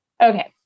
Okay